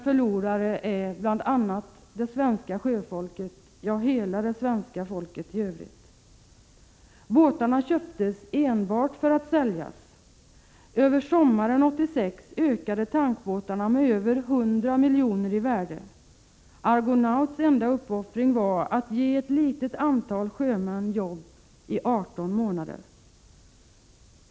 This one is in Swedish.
Förlorare är bl.a. det svenska sjöfolket, ja, hela det svenska folket för övrigt. Båtarna köptes enbart för att säljas. Över sommaren 1986 ökade tankbåtarna med över 100 miljoner i värde. Argonauts enda uppoffring var att ge ett litet antal sjömän jobb i 18 månader.